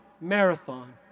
marathon